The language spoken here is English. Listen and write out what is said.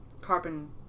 carbon